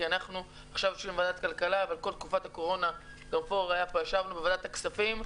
כי אנחנו בוועדת כלכלה כל תקופת הקורונה ישבנו בוועדת הכספים,